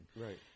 Right